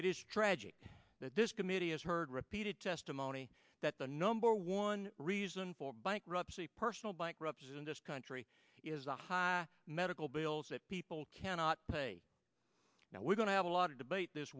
it is tragic that this committee has heard repeated testimony that the number one reason for bankruptcy personal bankruptcy in this country is a high medical bills that people cannot pay now we're going to have a lot of debate this